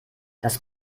das